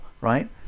right